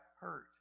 hurt